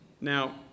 Now